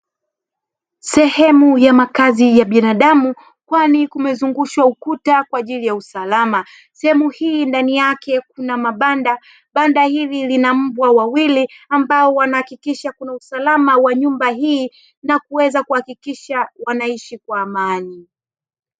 Sehemu ya makazi ya binadamu kwani kumezungushwa ukuta kwa ajili ya usalama sehemu hii ndani yake kuna mabanda, banda hili kuna mbwa wawili ambao wanahakikisha kuna usalama wa nyumba hii na kuweza kuhakikisha wanaishi kwa amani.